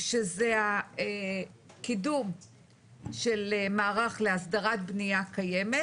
שזה הקידום של מערך להסדרת בנייה קיימת,